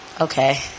Okay